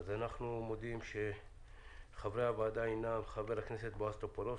אז אנחנו מודיעים שחברי הוועדה הינם: חברי הכנסת בועז טופורובסקי,